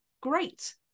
great